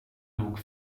nog